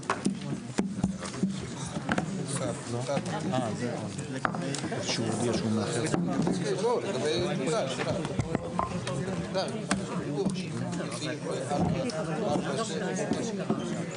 11:55.